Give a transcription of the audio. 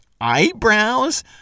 eyebrows